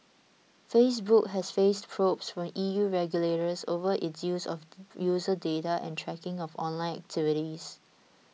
Facebook has faced probes from E U regulators over its use of user data and tracking of online activities